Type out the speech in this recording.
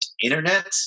Internet